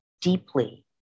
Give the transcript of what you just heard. deeply